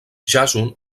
jàson